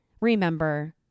remember